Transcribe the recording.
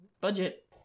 Budget